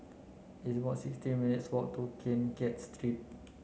it's about sixteen minutes' walk to Keng Kiat Street